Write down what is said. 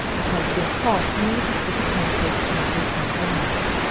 and has been thought nearly equal to pan cakes made with milk and eggs.